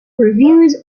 reviewers